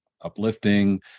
uplifting